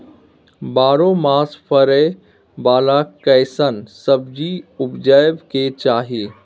बारहो मास फरै बाला कैसन सब्जी उपजैब के चाही?